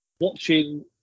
Watching